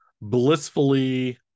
blissfully